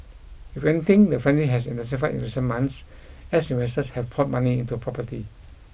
if anything the frenzy has intensified in recent months as investors have poured money into property